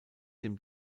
dem